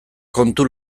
kontu